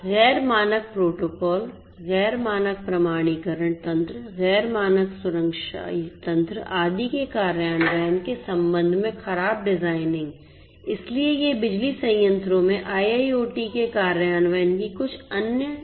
गैर मानक प्रोटोकॉल गैर मानक प्रमाणीकरण तंत्र गैर मानक सुरक्षा तंत्र आदि के कार्यान्वयन के संबंध में खराब डिजाइनिंग इसलिए ये बिजली संयंत्रों में IIoT के कार्यान्वयन की कुछ अन्य मौजूदा चुनौतियाँ हैं